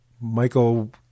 Michael